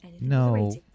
No